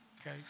okay